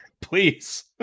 please